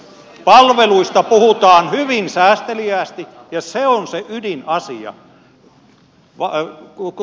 palveluista puhutaan hyvin säästeliäästi ja se on se ydinasia